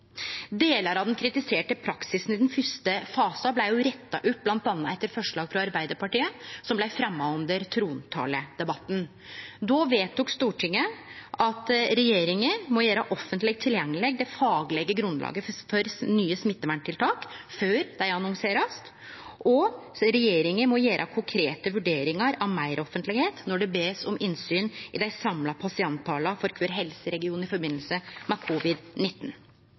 Delar av den kritiserte praksisen i den første fasen blei retta opp av bl.a. forslag frå Arbeidarpartiet, som blei fremja under trontaledebatten. Då vedtok Stortinget at regjeringa må gjere offentleg tilgjengeleg det faglege grunnlaget for nye smitteverntiltak før dei blir annonserte at regjeringa må gjere konkrete vurderingar av meiroffentlegheit når det blir bedt om innsyn i dei samla pasienttala for kvar helseregion i forbindelse med